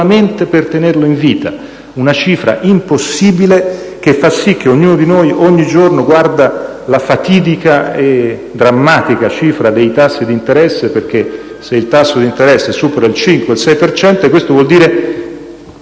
per tenerlo in vita. Una cifra impossibile, che fa sì che ognuno di noi ogni giorno guardi la fatidica e drammatica cifra dei tassi d'interesse, perché se il tasso supera il 5-6 per cento, il